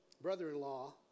brother-in-law